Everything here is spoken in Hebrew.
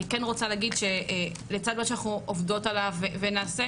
אני כן רוצה להגיד שלצד מה שאנחנו עובדות עליו ונעשה,